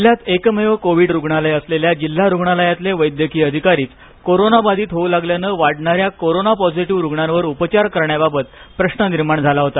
जिल्हयात एकमेव कोव्हीड रुग्णालय असलेल्या जिल्हा रुग्णालयातले वैद्यकीय अधिकरीच कॉरोन बाधित होऊ लागल्याने वाढणाऱ्या कोरोना पॉझिटिव्ह रुग्णांवर उपचार करण्याबाबत प्रश्न निर्माण झाला होता